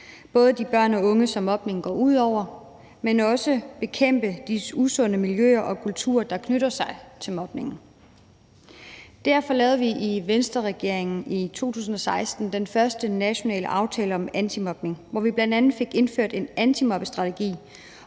både de børn og unge, som mobningen går ud over, men vi skal også bekæmpe de usunde miljøer og kulturer, der knytter sig til mobningen. Derfor lavede vi i Venstreregeringen i 2016 den første nationale aftale om antimobning, hvor vi bl.a. fik indført en antimobbestrategi